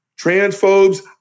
transphobes